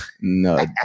no